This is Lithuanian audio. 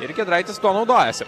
ir giedraitis tuo naudojasi